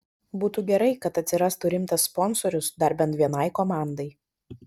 būtų gerai kad atsirastų rimtas sponsorius dar bent vienai komandai